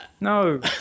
no